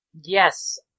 Yes